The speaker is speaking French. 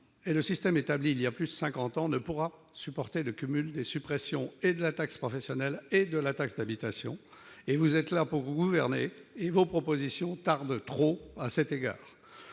le système établi voilà plus de cinquante ans ne pourra supporter le cumul des suppressions de la taxe professionnelle et de la taxe d'habitation. Vous êtes là pour gouverner et vos propositions tardent trop à cet égard.